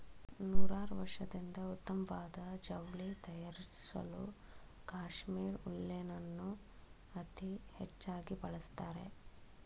ನೂರಾರ್ವರ್ಷದಿಂದ ಉತ್ತಮ್ವಾದ ಜವ್ಳಿ ತಯಾರ್ಸಲೂ ಕಾಶ್ಮೀರ್ ಉಲ್ಲೆನನ್ನು ಅತೀ ಹೆಚ್ಚಾಗಿ ಬಳಸ್ತಾರೆ